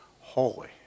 holy